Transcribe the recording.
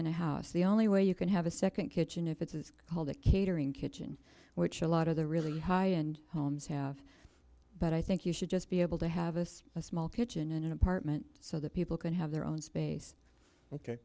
and a house the only way you can have a second kitchen if it's called a catering kitchen which a lot of the really high end homes have but i think you should just be able to have us a small kitchen in an apartment so that people can have their own space